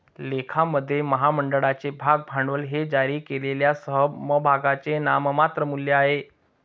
लेखामध्ये, महामंडळाचे भाग भांडवल हे जारी केलेल्या समभागांचे नाममात्र मूल्य आहे